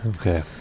okay